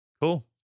Cool